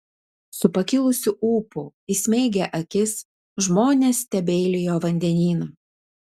su pakilusiu ūpu įsmeigę akis žmonės stebeilijo vandenyną